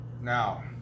Now